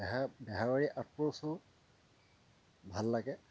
বেহাৰবাৰী আউটপ'ষ্টো ভাল লাগে